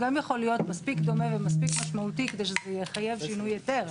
גם יכול להיות מספיק דומה ומספיק משמעותי כדי שזה יחייב שינוי היתר.